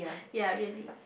ya really